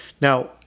Now